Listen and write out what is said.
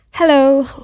Hello